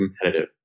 competitive